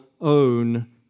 own